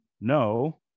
No